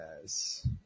Yes